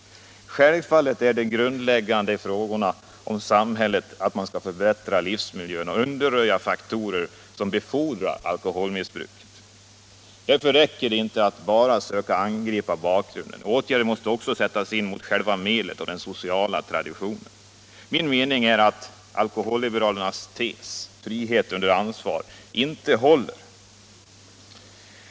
Självfallet är den grundläggande frågan för samhället att man skall förbättra livsmiljön och därmed undanröja faktorer som befordrar alkoholmissbruk. Därför räcker det inte med att bara söka angripa bakgrunden, åtgärder måste också sättas in mot själva medlet och den sociala traditionen. Min mening är att alkoholliberalernas tes ”frihet under ansvar” inte håller.